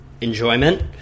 enjoyment